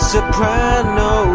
Soprano